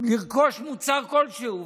לרכוש מוצר כלשהו,